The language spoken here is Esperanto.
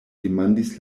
demandis